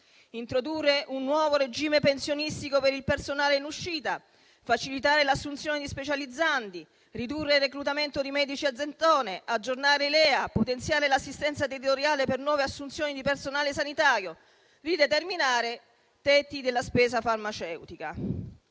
introdurre un nuovo regime pensionistico per il personale in uscita; facilitare l'assunzione di specializzandi; ridurre il reclutamento di medici a gettone; aggiornare i LEA; potenziare l'assistenza territoriale per nuove assunzioni di personale sanitario; rideterminare tetti della spesa farmaceutica.